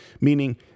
Meaning